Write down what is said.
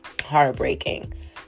heartbreaking